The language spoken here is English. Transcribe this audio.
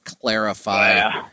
clarify